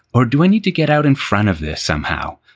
or do i need to get out in front of this somehow?